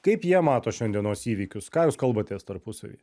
kaip jie mato šiandienos įvykius ką jūs kalbatės tarpusavy